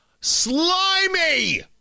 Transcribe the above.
Slimy